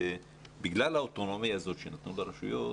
בגלל האוטונומיה הזאת שנתנו לרשויות,